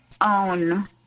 own